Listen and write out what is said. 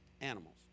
animals